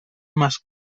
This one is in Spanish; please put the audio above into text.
más